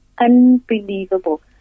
unbelievable